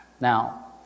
Now